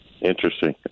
Interesting